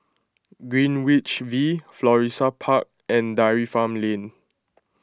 Greenwich V Florissa Park and Dairy Farm Lane